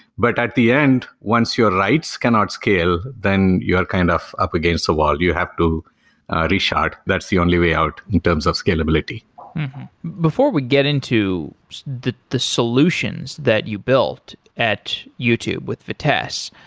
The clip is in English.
but at the end, once your writes cannot scale, then you are kind of up against the wall. you have to reshard. that's the only way out in terms of scalability before we get into the the solutions that you built at youtube with vitess,